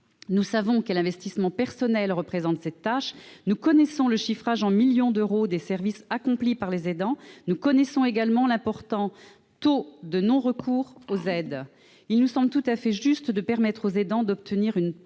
Nous savons quel investissement personnel représente cette tâche. Nous connaissons le chiffrage en milliards d'euros des services accomplis par les aidants et l'importance du taux de non-recours aux aides. Il nous semble juste de permettre aux aidants d'obtenir une prestation